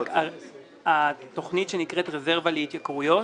התוכנית שנקראת "רזרבה להתייקרויות",